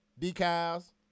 decals